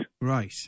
Right